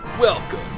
Welcome